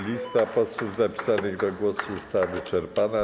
Lista posłów zapisanych do głosu została wyczerpana.